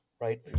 right